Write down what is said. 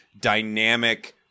dynamic